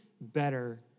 better